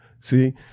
See